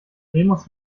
remus